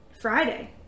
Friday